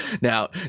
Now